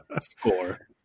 score